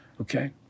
Okay